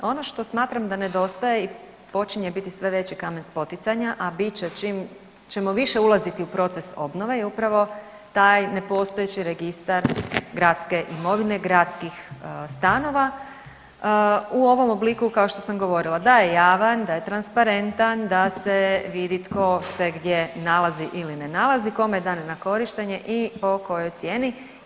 Ono što smatram da nedostaje i počinje biti sve veći kamen spoticanja, a bit će čim ćemo više ulaziti u proces obnove je upravo taj nepostojeći registra gradske imovine, gradskih stanova, u ovom obliku kao što sam govorila, da je javan, da je transparentan, da se vidi tko se gdje nalazi ili ne nalazi, kome je dan na korištenje i po kojoj cijeni.